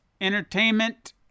Entertainment